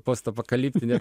post apokaliptinį